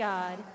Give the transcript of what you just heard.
God